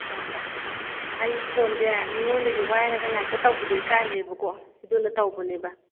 ꯍꯣꯏꯍꯣꯏ ꯑꯩ ꯐꯣꯟꯁꯦ ꯃꯤꯑꯣꯟꯗꯒꯤ ꯋꯥꯏꯔꯒ ꯉꯥꯏꯇ ꯇꯧꯕꯗꯣ ꯑꯩꯀꯥꯏꯔꯦꯕꯀꯣ ꯑꯗꯨꯅ ꯇꯧꯕꯅꯦꯕ